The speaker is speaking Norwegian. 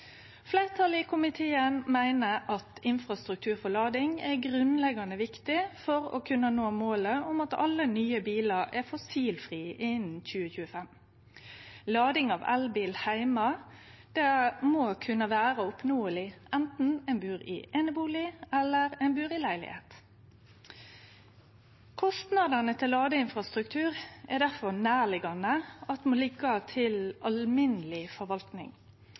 Fleirtalet i komiteen meiner at infrastruktur for lading er grunnleggjande viktig for å kunne nå målet om at alle nye bilar er fossilfrie innan 2025. Lading av elbil heime må kunne vere oppnåeleg anten ein bur i einebustad eller ein bur i leilegheit. Kostnadene til ladeinfrastruktur er det derfor nærliggjande at må liggje til alminneleg forvaltning.